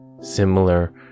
similar